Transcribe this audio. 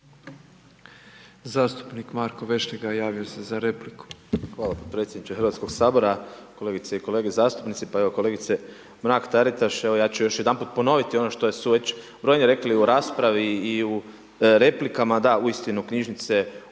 Zastupnik Marko Vešligaj, javio se za repliku.